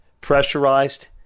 pressurized